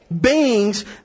Beings